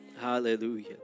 Hallelujah